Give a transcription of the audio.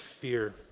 fear